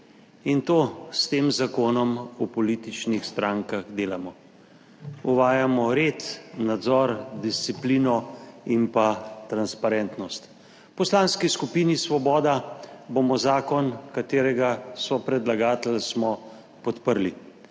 In to s tem Zakonom o političnih strankah delamo. Uvajamo red, nadzor, disciplino in pa transparentnost. V Poslanski skupini Svoboda bomo zakon, katerega sopredlagatelj smo, podprli.